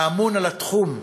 האמון על התחום,